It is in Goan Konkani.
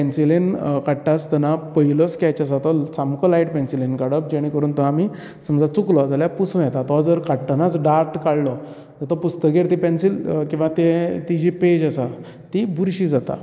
पॅन्सीलेन काडटा आसतना पयलो स्केच आसा तो सामको लायट पॅन्सीलेन काडप जिणे करून तो आमी समजा चुकलो जाल्यार पुसू येता तो जर काडटनाच डार्क काडलो तर तो पुसतगीर ती पेन्सील किंवां ते तिजी पेज आसा ती बुरशी जाता